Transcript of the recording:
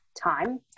time